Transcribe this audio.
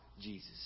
Jesus